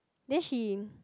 then she in